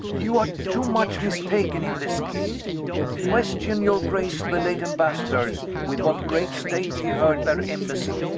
you are too much mistaken in this king question your grace the late embassadors, with what great state he heard their embassie,